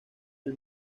del